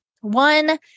One